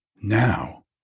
Now